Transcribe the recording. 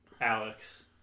Alex